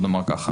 בוא נאמר ככה,